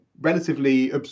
relatively